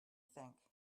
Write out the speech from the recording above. think